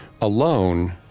alone